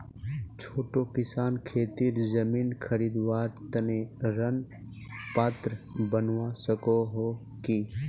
छोटो किसान खेतीर जमीन खरीदवार तने ऋण पात्र बनवा सको हो कि?